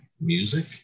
music